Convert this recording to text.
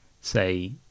say